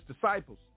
disciples